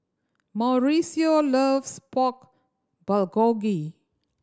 Mauricio loves Pork Bulgogi